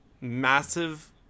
massive